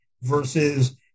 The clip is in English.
versus